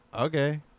okay